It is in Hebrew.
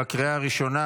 בקריאה הראשונה.